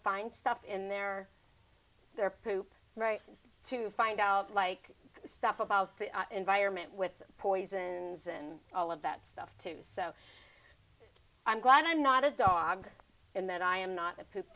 find stuff in their their poop right to find out like stuff about the environment with poisons and all of that stuff too so i'm glad i'm not a dog in that i am not